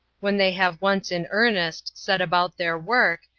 when they have once in earnest set about their work,